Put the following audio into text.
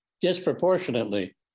disproportionately